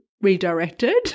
redirected